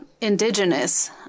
indigenous